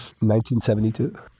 1972